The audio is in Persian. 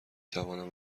توانم